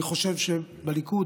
אני חושב שהליכוד,